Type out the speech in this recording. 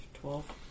Twelve